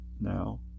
now